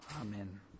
Amen